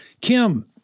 Kim